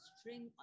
String